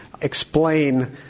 explain